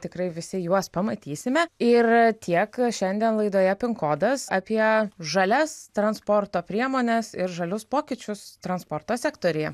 tikrai visi juos pamatysime ir tiek šiandien laidoje pinkodas apie žalias transporto priemones ir žalius pokyčius transporto sektoriuje